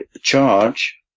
charge